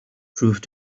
proved